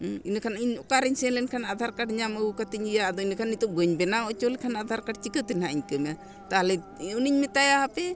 ᱤᱱᱟᱹ ᱠᱷᱟᱱ ᱤᱧ ᱚᱠᱟᱨᱤᱧ ᱥᱮᱱ ᱞᱮᱱᱠᱷᱟᱱ ᱟᱫᱷᱟᱨ ᱠᱟᱨᱰ ᱧᱟᱢ ᱟᱹᱜᱩ ᱠᱟᱹᱛᱤᱧ ᱤᱭᱟᱹ ᱟᱫᱚ ᱤᱱᱟᱹᱠᱷᱟᱱ ᱱᱤᱛᱳᱜ ᱵᱟᱹᱧ ᱵᱮᱱᱟᱣ ᱚᱪᱚ ᱞᱮᱠᱷᱟᱱ ᱟᱫᱷᱟᱨ ᱠᱟᱨᱰ ᱪᱤᱠᱟᱹ ᱛᱮ ᱦᱟᱸᱜ ᱤᱧ ᱠᱟᱹᱢᱤᱭᱟ ᱛᱟᱦᱚᱞᱮ ᱩᱱᱤᱧ ᱢᱮᱛᱟᱭᱟ ᱦᱟᱯᱮ